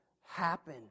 happen